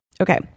okay